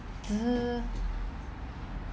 只是